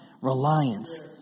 reliance